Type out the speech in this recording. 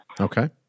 Okay